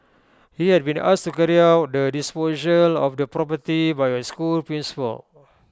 he had been asked to carry out the disposal of the property by A school principal